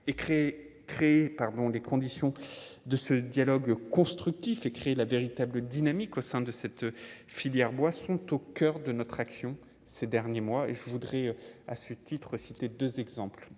pardon des conditions de ce dialogue constructif, la véritable dynamique au sein de cette filière bois sont au coeur de notre action ces derniers mois et je voudrais à ce titre, citer 2 exemples